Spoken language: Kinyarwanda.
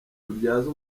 tubyaza